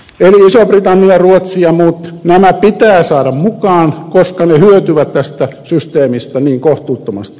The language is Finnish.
iso britannia ruotsi ja muut pitää saada mukaan koska ne hyötyvät tästä systeemistä niin kohtuuttomasti